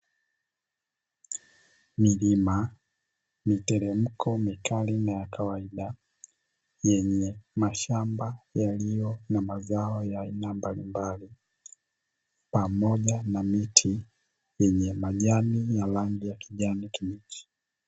Milima miteremko mikali na ya kawaida yenye mashamba yaliyo na mazao ya aina mbalimbali, pamoja na miti yenye majani ya rangi ya kijani kibichi.